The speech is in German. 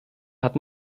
hat